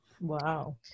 Wow